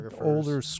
older